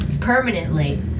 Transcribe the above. Permanently